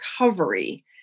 recovery